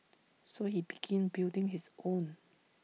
so he began building his own